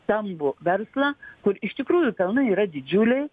stambų verslą kur iš tikrųjų kalnai yra didžiuliai